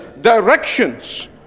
directions